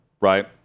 right